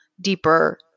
deeper